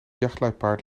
jachtluipaard